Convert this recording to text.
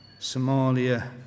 Somalia